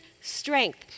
strength